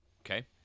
Okay